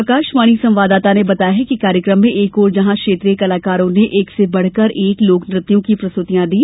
आकाशवाणी संवाददाता ने बताया है कि कार्यक्रम में एक ओर जहां क्षेत्रीय कलाकारों ने एक से बढ़कर एक लोकनत्यों की प्रस्तुतियां दी